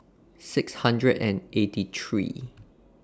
six hundred and eighty three